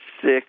Six